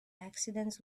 accidents